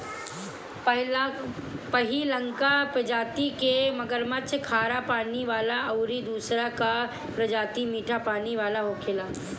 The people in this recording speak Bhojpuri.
पहिलका प्रजाति के मगरमच्छ खारा पानी वाला अउरी दुसरका प्रजाति मीठा पानी वाला होखेला